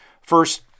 First